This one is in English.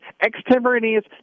extemporaneous